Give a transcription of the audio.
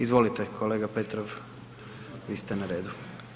Izvolite kolega Petrov, vi ste na redu.